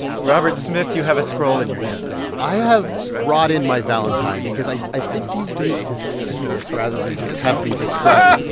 robert smith, you have a scroll in your hand i have brought in my valentine because i i think you need to see this rather than just have me describe it